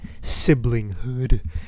siblinghood